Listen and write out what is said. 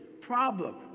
problem